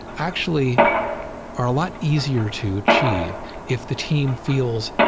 actually are a lot easier to achieve if the team feels,